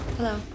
Hello